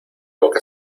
boca